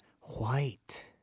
white